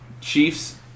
Chiefs